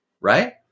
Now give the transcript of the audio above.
Right